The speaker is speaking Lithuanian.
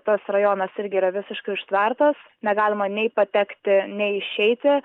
tas rajonas irgi yra visiškai užtvertas negalima nei patekti nei išeiti